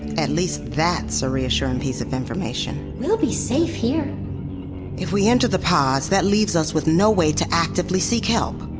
at least that's a reassuring piece of information we'll be safe, here if we enter the pods, that leaves us with no way to actively seek help.